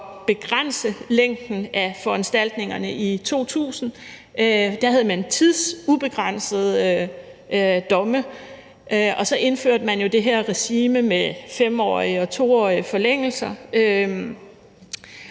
begrænse længden af foranstaltningerne i 2000. Der havde man tidsubegrænsede domme, og så indførte man jo det her regime med 5-årige og 2-årige forlængelser.